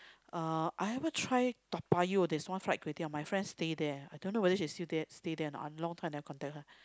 uh I haven't try Toa-Payoh there is one fried kway-teow my friend stay there I don't know whether she is still there she still stay there anot I long time never contact her